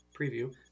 preview